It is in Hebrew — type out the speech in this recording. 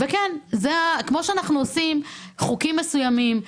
כמו שאנחנו עושים חוקים מסוימים,